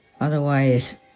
Otherwise